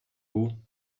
vous